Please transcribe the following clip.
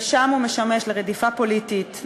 ושם הוא משמש לרדיפה פוליטית,